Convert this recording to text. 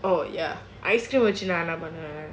oh ya ice cream வந்துச்சுல:vandhuchula